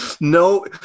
No